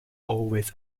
always